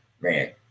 man